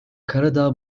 karadağ